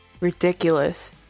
ridiculous